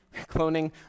cloning